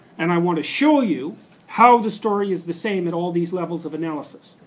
and i want to show you how the story is the same at all these levels of analysis.